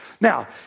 Now